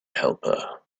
helper